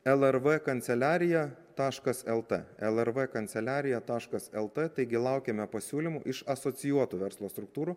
lrv kanceliarija taškas lt lrv kanceliarija taškas lt taigi laukiame pasiūlymų iš asocijuotų verslo struktūrų